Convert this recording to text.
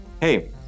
Hey